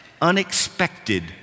unexpected